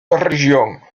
région